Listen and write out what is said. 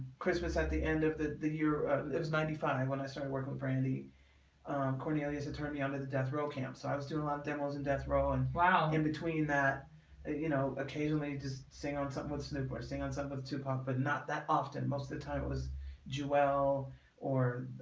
christmas at the end of the the year it was ninety five when i started working with brandy cornelius had turned me on to the death real camp so i was doing a lot of demos and death row and wow in between that ah you know occasionally just sing on something with snoop or staying on top of to punk but not that often most of the time was juwel or